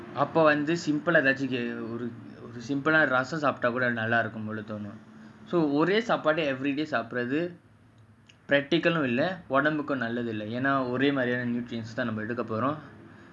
அப்போவந்து:apo vandhu simple ah ரசம்சாப்டாகூடநல்லஇருக்கும்போலதோணும்:rasam sapta kooda nalla irukkum pola thonum so ஒரேசாப்பாட:ore sapada everyday சாப்பிடறது:sapdrathu practical um இல்லஉடம்புக்கும்நல்லதில்லைஎநாஒரேமாதிரியான:illa udampukum nallathilla yena ore madhiriana nutritions தான்நாமஎடுக்கபோறோம்:than nama edukka porom